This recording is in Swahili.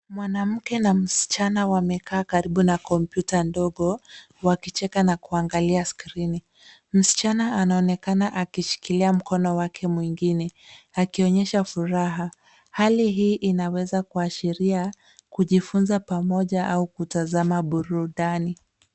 Mwanamke na msichana wamekaa karibu na kompyuta ndogo wakicheka na kuangalia skrini. Msichana anaonekana akishikilia mkono wake mwingine akionyesha furaha. Hali hii inaweza kuashiria kujifunza pamoja au kutazama burudani.